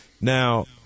Now